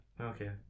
okay